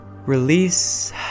Release